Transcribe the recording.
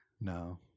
No